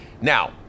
Now